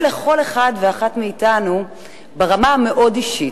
לכל אחד ואחת מאתנו ברמה המאוד-אישית,